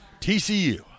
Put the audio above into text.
TCU